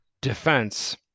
defense